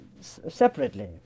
separately